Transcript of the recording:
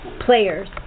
players